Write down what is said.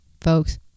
folks